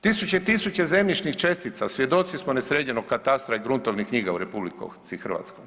Tisuće i tisuće zemljišnih čestica, svjedoci smo nesređenog katastra i gruntovnih knjiga u RH.